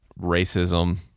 racism